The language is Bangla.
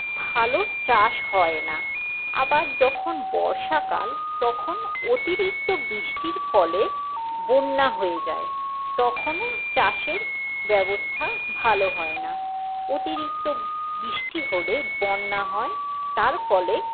ভালো চাষ হয় না আবার যখন বর্ষাকাল তখন অতিরিক্ত বৃষ্টির ফলে বন্যা হয়ে যায় তখনও চাষের ব্যবস্থা ভালো হয় না অতিরিক্ত বৃষ্টি হলে বন্যা হয় তার ফলে